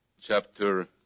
Chapter